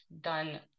done